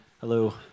Hello